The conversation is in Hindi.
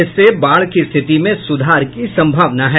इससे बाढ़ की स्थिति में सुधार की संभावना है